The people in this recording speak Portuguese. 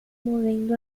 movendo